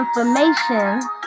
information